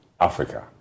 Africa